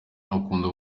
akunda